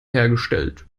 hergestellt